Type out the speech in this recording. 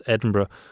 Edinburgh